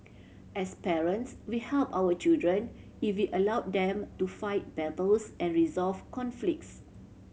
as parents we help our children if we allow them to fight battles and resolve conflicts